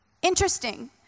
Interesting